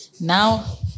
Now